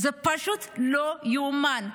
זה פשוט לא ייאמן.